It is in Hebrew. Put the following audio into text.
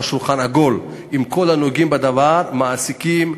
שולחן עגול עם כל הנוגעים בדבר: מעסיקים,